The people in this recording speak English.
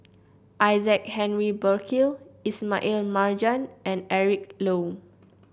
Isaac Henry Burkill Ismail Marjan and Eric Low